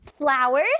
Flowers